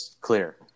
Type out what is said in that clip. clear